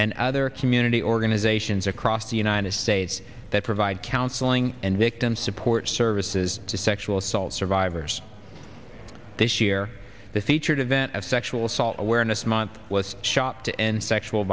and other community organizations across the united states that provide counseling and victim support services to sexual assault survivors this year the featured event of sexual assault awareness month was shot to end sexual